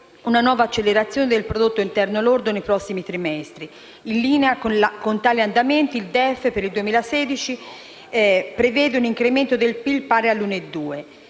una nuova accelerazione del prodotto interno lordo nei prossimi trimestri. In linea con tali andamenti, il DEF prevede per il 2016 un incremento del PIL pari all'1,2